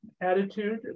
attitude